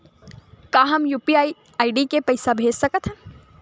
का हम UPI ID ले पईसा भेज सकथन?